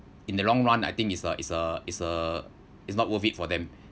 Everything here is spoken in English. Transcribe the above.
in the long run I think is a is a is a is not worth it for them